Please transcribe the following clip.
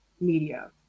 media